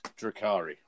Drakari